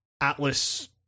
Atlas